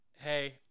hey